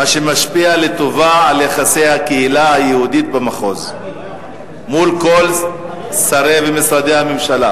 מה שמשפיע לטובה על יחסי הקהילה היהודית במחוז עם כל שרי ומשרדי הממשלה,